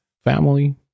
family